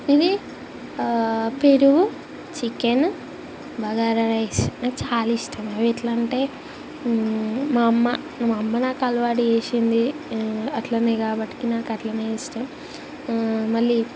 ఇది పెరుగు chicken bagara rice నాకు చాలా ఇష్టము అవి ఎట్లాంటే మా అమ్మ మా అమ్మ నాకు అలవాటు చేసింది అట్లనే కాబట్టి నాకట్లనే ఇష్టం మళ్ళీ